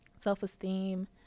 Self-esteem